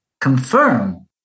confirm